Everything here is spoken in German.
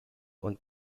und